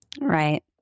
Right